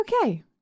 okay